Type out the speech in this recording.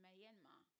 Myanmar